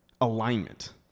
alignment